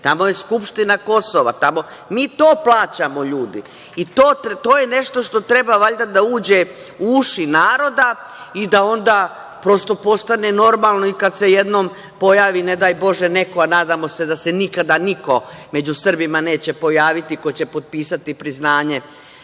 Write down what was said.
Tamo je Skupština Kosova. Mi to plaćamo ljudi. To je nešto što treba valjda da uđe u uši naroda i da onda prosto postane normalno i kad se jednom pojavi, ne daj Bože neko, a nadamo se da se nikada niko među Srbima neće pojaviti ko će potpisati priznanje